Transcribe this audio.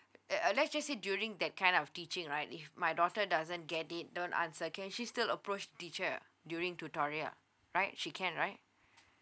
uh uh let's just say during that kind of teaching right if my daughter doesn't get it don't answer can she still approach teacher during tutorial right she can right